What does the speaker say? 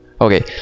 Okay